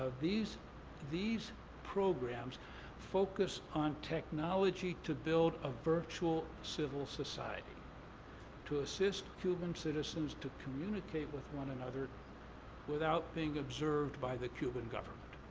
these these programs focused on technology to build a virtual civil society to assist cuban citizens to communicate with one another without being observed by the cuban government.